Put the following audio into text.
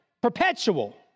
perpetual